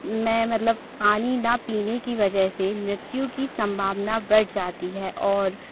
में मतलब पानी न पीने की वजह से मृत्यु की संभावना बढ़ जाती है और